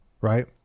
right